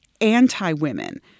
anti-women